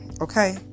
okay